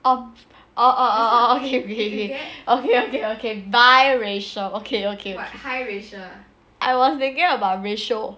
oh oh oh okay okay okay okay okay okay okay biracial okay okay I was thinking about ratio